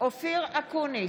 אופיר אקוניס,